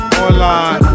online